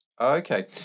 Okay